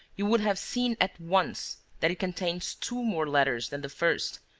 you would have seen at once that it contains two more letters than the first,